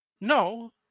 no